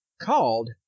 called